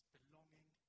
belonging